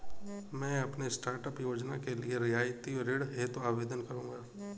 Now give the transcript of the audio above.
मैं अपने स्टार्टअप योजना के लिए रियायती ऋण हेतु आवेदन करूंगा